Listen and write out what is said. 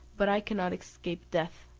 but i cannot escape death,